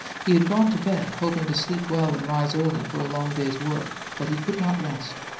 he had gone to bed, hoping to sleep well and rise early for a long day's work, but he could not rest,